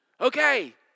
Okay